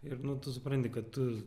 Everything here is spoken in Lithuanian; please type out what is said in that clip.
ir nu tu supranti kad tu